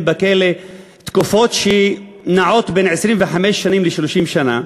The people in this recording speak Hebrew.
בכלא תקופות שנעות בין 25 שנים ל-30 שנה,